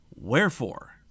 Wherefore